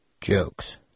Jokes